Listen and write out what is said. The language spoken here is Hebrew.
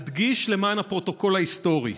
אדגיש למען הפרוטוקול ההיסטורי: